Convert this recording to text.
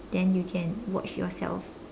then you can watch yourself